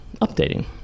updating